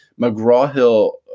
McGraw-Hill